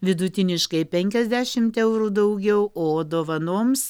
vidutiniškai penkiasdešimt eurų daugiau o dovanoms